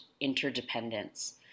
interdependence